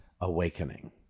awakening